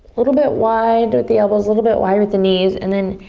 a little bit wide with the elbows, a little bit wide with the knees. and then,